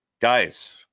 guys